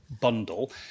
bundle